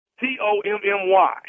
t-o-m-m-y